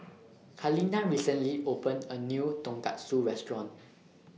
Kaleena recently opened A New Tonkatsu Restaurant